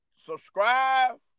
subscribe